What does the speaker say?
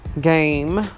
game